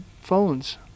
phones